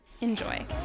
Enjoy